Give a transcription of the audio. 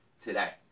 today